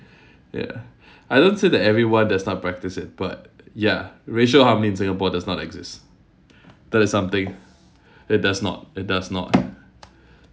ya I don't say that everyone does not practise it but ya racial harmony in singapore does not exist that is something it does not it does not